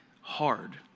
hard